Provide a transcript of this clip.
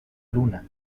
luna